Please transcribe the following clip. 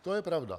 To je pravda.